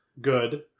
Good